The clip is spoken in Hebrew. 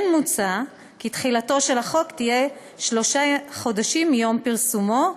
כן מוצע כי תחילתו של החוק תהיה שלושה חודשים מיום פרסומו,